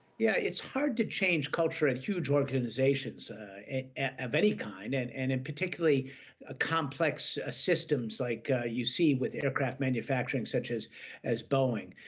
yeah it's hard to change culture at huge organizations of any kind, and and in particularly ah complex ah systems like you see with aircraft manufacturing such as as boeing.